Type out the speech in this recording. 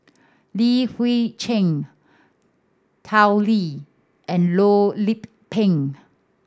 Li Hui Cheng Tao Li and Loh Lik Peng